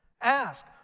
Ask